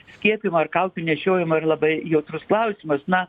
skiepijimo ar kaukių nešiojimo yra labai jautrus klausimas na